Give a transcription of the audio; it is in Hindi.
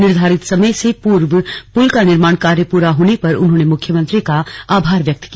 निर्धारित समय से पूर्व पुल का निर्माण कार्य पूरा होने पर उन्होंने मुख्यमंत्री का आभार व्यक्त किया